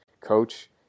coach